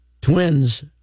Twins